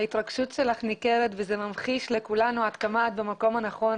ההתרגשות שלך ניכרת וזה ממחיש לכולנו עד כמה את במקום הנכון,